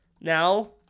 Now